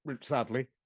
sadly